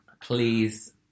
Please